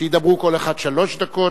שידברו כל אחד שלוש דקות,